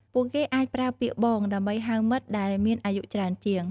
ពួកគេអាចប្រើពាក្យ “បង” ដើម្បីហៅមិត្តដែលមានអាយុច្រើនជាង។